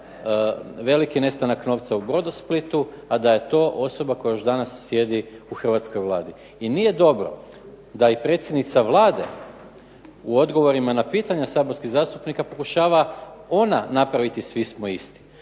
veliki nestanak novca u "Brodosplitu", a da je to osoba koja još danas sjedi u hrvatskoj Vladi. I nije dobro da i predsjednica Vlade u odgovorima na pitanja saborskih zastupnika pokušava ona napraviti svi smo isti.